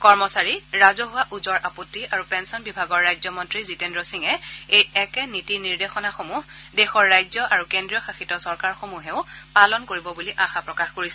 কৰ্মচাৰী ৰাজহুৱা ওজৰ আপত্তি আৰু পেঞ্চন বিভাগৰ ৰাজ্যমন্ত্ৰী জীতেদ্ৰ সিঙে এই একে নীতি নিৰ্দেশনাসমূহ দেশৰ ৰাজ্য আৰু কেন্দ্ৰীয়শাসিত চৰকাৰসমূহেও পালন কৰিব বুলি আশা প্ৰকাশ কৰিছে